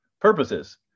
purposes